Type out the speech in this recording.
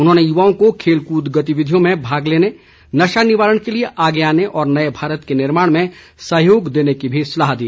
उन्होंने युवाओं को खेल कूद गतिविधियों में भाग लेने नशा निवारण के लिए आगे आने और नए भारत के निर्माण में सहयोग देने की भी सलाह दी